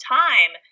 time